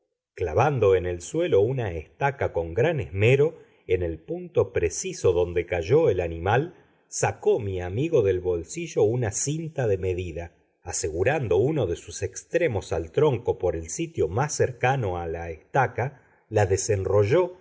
clavando en el suelo una estaca con gran esmero en el punto preciso donde cayó el animal sacó mi amigo del bolsillo una cinta de medida asegurando uno de sus extremos al tronco por el sitio más cercano a la estaca la desenrolló